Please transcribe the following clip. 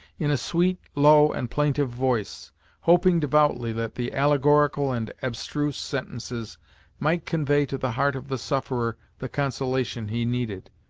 in a sweet, low and plaintive voice hoping devoutly that the allegorical and abstruse sentences might convey to the heart of the sufferer the consolation he needed.